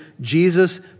Jesus